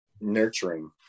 nurturing